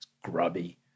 grubby